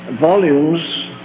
volumes